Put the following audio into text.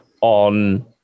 on